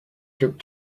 took